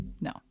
no